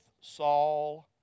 Saul